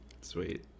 Sweet